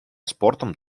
спортом